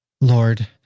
Lord